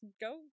go